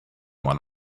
one